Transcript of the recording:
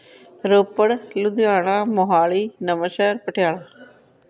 Ropar Ludhiana Mohali Nawanshahr Patiala